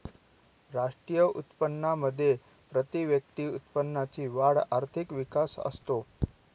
राष्ट्रीय उत्पन्नामध्ये प्रतिव्यक्ती उत्पन्नाची वाढ आर्थिक विकास असतो